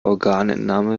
organentnahme